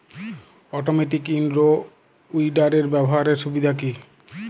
Automatic in row উইডারের ব্যবহারের সুবিধা কি?